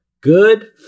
Good